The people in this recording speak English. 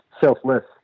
selfless